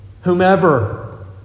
whomever